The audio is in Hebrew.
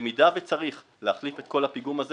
במידה וצריך להחליף את כל הפיגום הזה